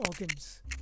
organs